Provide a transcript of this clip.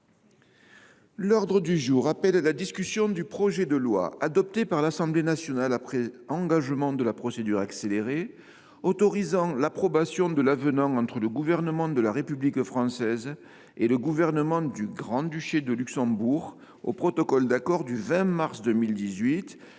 L’ordre du jour appelle la discussion du projet de loi, adopté par l’Assemblée nationale après engagement de la procédure accélérée, autorisant l’approbation de l’avenant entre le Gouvernement de la République française et le Gouvernement du Grand Duché de Luxembourg au protocole d’accord du 20 mars 2018